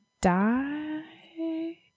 die